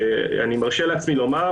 אני מרשה לעצמי לומר